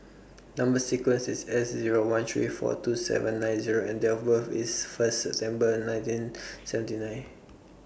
Number sequence IS S Zero one three four two seven nine Zero and Date of birth IS First September nineteen seventy nine